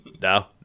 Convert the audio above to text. No